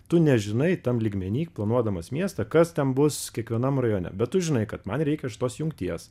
tu nežinai tam lygmeny planuodamas miestą kas ten bus kiekvienam rajone bet tu žinai kad man reikia šitos jungties